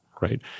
right